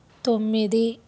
తొమ్మిది